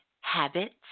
habits